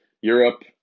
Europe